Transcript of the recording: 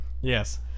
Yes